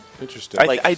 Interesting